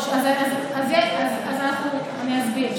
אני אסביר.